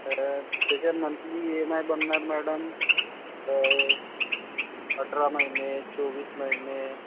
तर तेचा monthly E M I बनणार मॅडम अठरा महिने चोवीस महिने